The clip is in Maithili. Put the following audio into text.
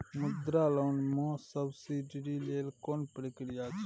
मुद्रा लोन म सब्सिडी लेल कोन प्रक्रिया छै?